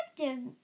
effective